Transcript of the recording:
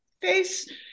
face